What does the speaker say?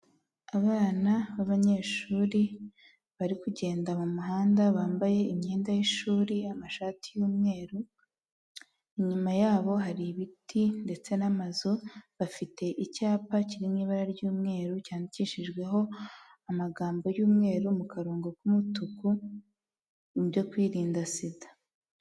Abana b'abanyeshuri bari kugenda mu muhanda bambaye imyenda y'ishuri amashati y'umweru, inyuma yabo hari ibiti ndetse n'amazu, bafite icyapa kiri mu ibara ry'umweru cyandikishijweho amagambo y'umweru mu karongo k'umutuku ibyo kwirinda sida.